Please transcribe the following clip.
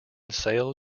sail